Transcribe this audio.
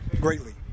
greatly